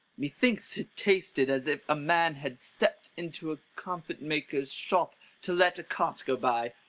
methinks it tasted as if a man had stept into a comfit makers shop to let a cart go by,